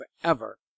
forever